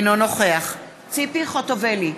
אינו נוכח ציפי חוטובלי,